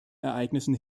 ereignissen